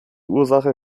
ursache